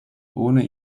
ohne